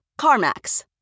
CarMax